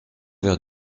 vers